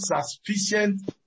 sufficient